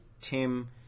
Tim